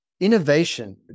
innovation